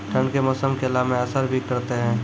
ठंड के मौसम केला मैं असर भी करते हैं?